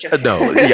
No